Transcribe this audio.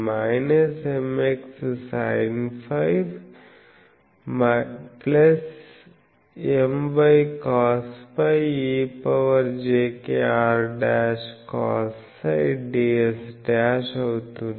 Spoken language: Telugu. మరియు Lφ ∬ Mx sinφ My cosφ ejkr'cosψ ds అవుతుంది